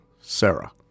Sarah